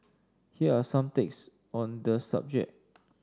here are some takes on the subject